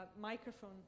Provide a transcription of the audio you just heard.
microphone